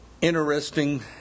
Interesting